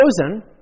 chosen